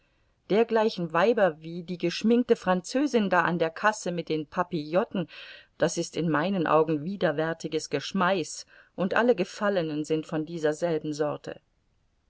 dergleichen weiber wie die geschminkte französin da an der kasse mit den papilloten das ist in meinen augen widerwärtiges geschmeiß und alle gefallenen sind von dieser selben sorte